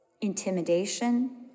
intimidation